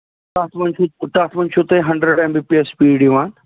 تتھ منٛز چھُ تَتھ منٛز چھُ تۄہہِ hundred M B P S speed یِوان